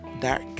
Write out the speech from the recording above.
dark